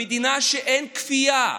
במדינה שבה אין כפייה.